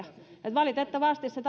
valitettavasti se